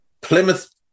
Plymouth